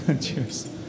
Cheers